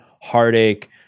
heartache